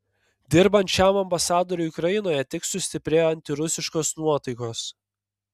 dirbant šiam ambasadoriui ukrainoje tik sustiprėjo antirusiškos nuotaikos